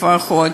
לפחות,